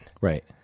right